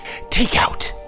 takeout